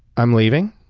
i'm leaving.